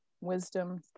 wisdom